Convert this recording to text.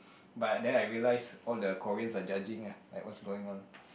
but then I realize all the Koreans are judging lah like what's going on